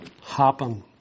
happen